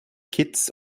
kitts